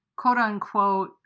quote-unquote